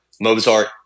Mozart